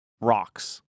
rocks